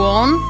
on